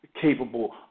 capable